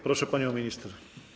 Proszę, pani minister.